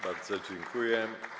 Bardzo dziękuję.